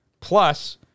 plus